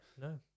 No